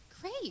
great